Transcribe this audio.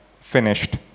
finished